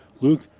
Luke